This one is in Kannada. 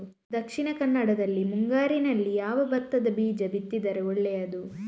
ದಕ್ಷಿಣ ಕನ್ನಡದಲ್ಲಿ ಮುಂಗಾರಿನಲ್ಲಿ ಯಾವ ಭತ್ತದ ಬೀಜ ಬಿತ್ತಿದರೆ ಒಳ್ಳೆಯದು?